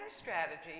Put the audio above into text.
strategy